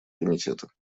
комитета